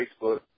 Facebook